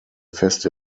fest